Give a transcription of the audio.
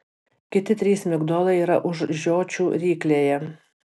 kiti trys migdolai yra už žiočių ryklėje